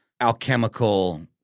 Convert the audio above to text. alchemical